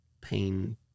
pain